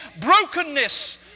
brokenness